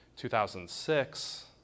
2006